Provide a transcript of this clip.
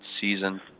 season